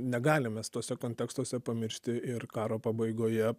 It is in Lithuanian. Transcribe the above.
negalim mes tuose kontekstuose pamiršti ir karo pabaigoje